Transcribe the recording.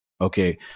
okay